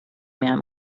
man